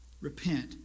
Repent